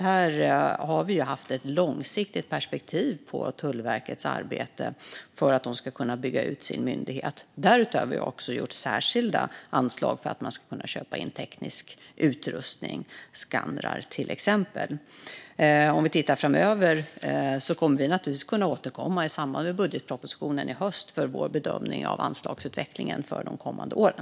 Vi har haft ett långsiktigt perspektiv på Tullverkets arbete för att de ska kunna bygga ut sin myndighet. Därutöver har vi gett särskilda anslag för att man ska kunna köpa in teknisk utrustning, till exempel skannrar. Vi kommer naturligtvis att kunna återkomma i samband med budgetpropositionen i höst när det gäller vår bedömning av anslagsutvecklingen för de kommande åren.